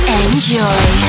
enjoy